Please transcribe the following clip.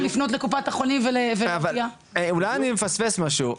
לפנות לקופת החולים ו- אולי אני מפספס משהו,